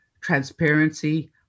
transparency